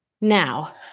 Now